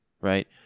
right